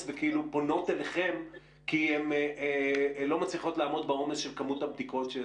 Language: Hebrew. וכאילו פונות אליכם כי הן לא מצליחות לעמוד בעומס של כמות הבדיקות.